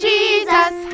Jesus